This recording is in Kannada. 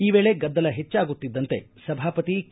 ಈ ವೇಳೆ ಗದ್ದಲ ಹೆಚ್ಚಾಗುತ್ತಿದ್ದಂತೆ ಸಭಾಪತಿ ಕೆ